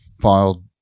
filed